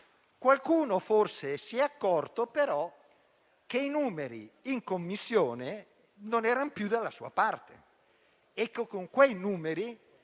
Qualcuno però si è forse accorto che i numeri in Commissione non erano più dalla sua parte e con quei numeri